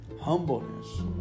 humbleness